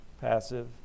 passive